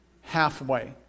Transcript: halfway